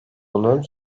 bunun